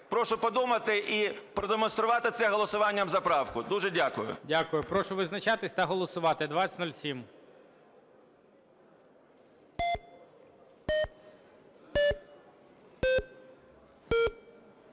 Прошу подумати і продемонструвати це голосуванням за правку. Дуже дякую. ГОЛОВУЮЧИЙ. Дякую. Прошу визначатись та голосувати. 2007.